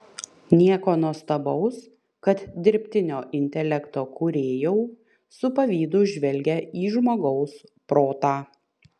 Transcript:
nieko nuostabaus kad dirbtinio intelekto kūrėjau su pavydu žvelgią į žmogaus protą